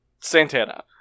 Santana